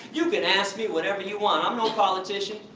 you can ask me whatever you want. i'm no politician,